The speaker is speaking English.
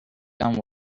done